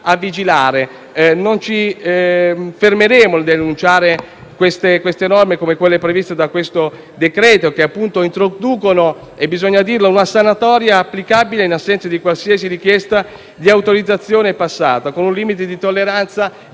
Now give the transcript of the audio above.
a vigilare. Non ci fermeremo nel denunciare norme come quelle previste da questo decreto-legge, che introducono e bisogna dirlo - una sanatoria applicabile in assenza di qualsiasi richiesta di autorizzazione passata, con un limite di tolleranza